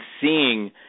seeing